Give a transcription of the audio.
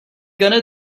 gonna